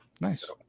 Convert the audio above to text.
Nice